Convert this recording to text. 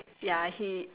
right